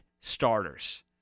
starters